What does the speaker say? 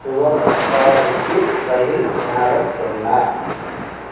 ஷிவமொக்காவிற்கு rail நேரம் என்ன